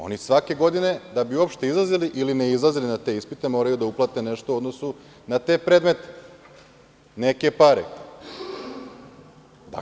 Oni svake godine, da bi uopšte izlazili ili ne izlazili na te ispite, moraju da uplate nešto u odnosu na te predmete, neke pare.